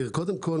קודם כול,